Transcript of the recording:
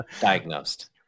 Diagnosed